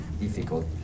difficult